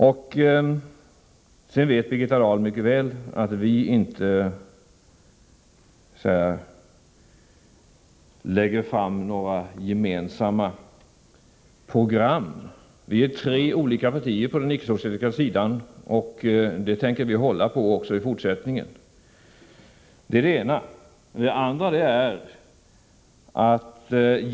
Vidare vet Birgitta Dahl mycket väl att vi inte lägger fram några gemensamma program. För det första har vi tre olika partier på den icke-socialistiska sidan, och det tänker vi hålla på också i fortsättningen.